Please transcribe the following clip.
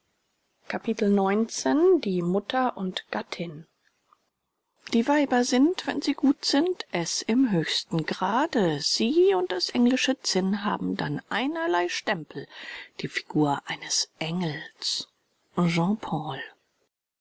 die mutter und gattin die weiber sind wenn sie gut sind es im höchsten grade sie und das englische zinn haben dann einerlei stempel die figur eines engels